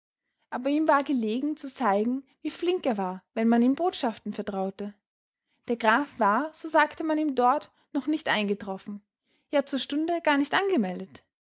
aber ihm war gelegen zu zeigen wie flink er war wenn man ihm botschaften vertraute der graf war so sagte man ihm dort noch nicht eingetroffen ja zur stunde gar nicht angemeldet